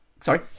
Sorry